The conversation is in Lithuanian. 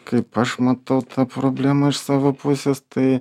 kaip aš matau tą problemą iš savo pusės tai